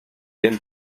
jen